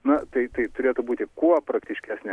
na tai tai turėtų būti kuo praktiškesnė